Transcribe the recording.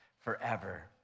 forever